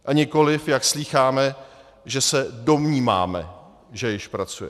A nikoliv, jak slýcháme, že se domníváme, že již pracuje.